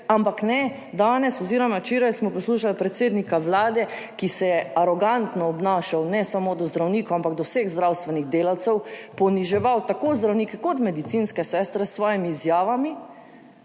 ampak ne, danes oziroma včeraj smo poslušali predsednika Vlade, ki se je arogantno obnašal ne samo do zdravnikov, ampak do vseh zdravstvenih delavcev, poniževal je tako zdravnike kot medicinske sestre s svojimi izjavami.